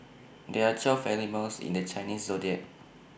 there are twelve animals in the Chinese Zodiac